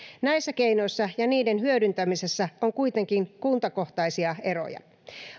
näissä keinoissa ja niiden hyödyntämisessä on kuitenkin kuntakohtaisia eroja